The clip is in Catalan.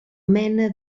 mena